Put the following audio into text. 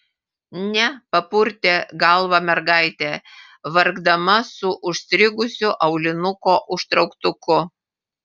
ne papurtė galvą mergaitė vargdama su užstrigusiu aulinuko užtrauktuku